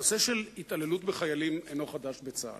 הנושא של התעללות בחיילים אינו חדש בצה"ל.